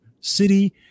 City